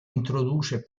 introduce